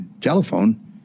telephone